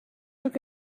took